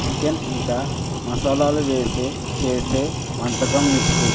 chicken ఇంకా మసాలాలు వేసే చేసే వంటకంనెతుకు